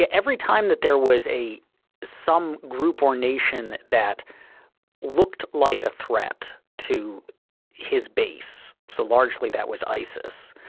yeah every time that there was a some group or nation that looked like a threat to his base, so largely that was isis.